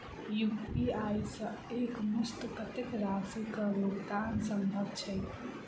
UPI सऽ एक मुस्त कत्तेक राशि कऽ भुगतान सम्भव छई?